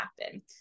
happen